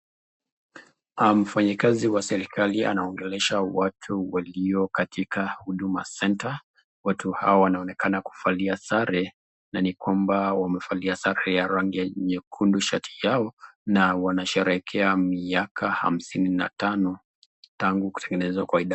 Mfanyakazi wa serekali anaongelesha watu walio katika huduma center. Watu hawa wanaonekana kuvalia sare na ni kwamba wamevalia sare ya rangi ya nyekundu shati yao na wanasherekea miaka kumi na tano tangu kutengenezwa kwa idara.